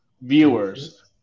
viewers